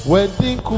Wedding